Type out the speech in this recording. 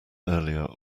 earlier